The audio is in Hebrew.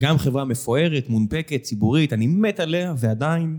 גם חברה מפוארת, מונפקת, ציבורית, אני מת עליה, ועדיין...